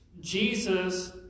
Jesus